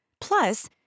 Plus